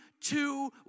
two